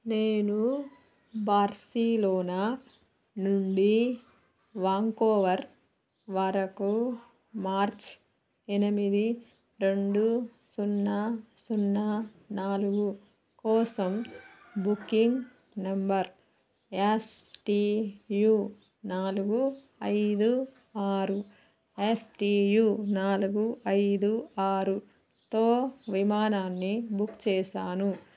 నేను బార్సిలోనా నుండి వుకోవర్ వరకు మార్చి ఎనిమిది రెండు సున్నా సున్నా నాలుగు కోసం booking number S T U నాలుగు ఐదు ఆరు ఎస్ టి యు నాలుగు ఐదు ఆరుతో విమానాన్ని బుక్ చేసాను